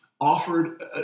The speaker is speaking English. offered